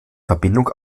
verbindung